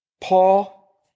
Paul